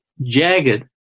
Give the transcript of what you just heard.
jagged